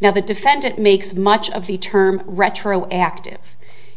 now the defendant makes much of the term retroactive